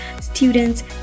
students